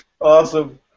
Awesome